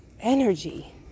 energy